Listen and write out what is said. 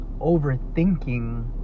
overthinking